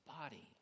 body